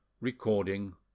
Recording